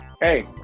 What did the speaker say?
Hey